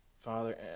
Father